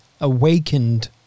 awakened